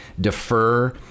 defer